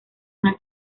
una